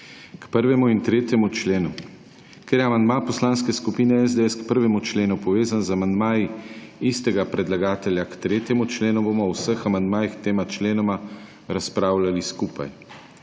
k 1. in 3. členu. Ker je amandma Poslanske skupine SDS k 1. členu povezan z amandmaji istega predlagatelja k 3. členu bomo o vseh amandmajih k tema členoma razpravljali skupaj.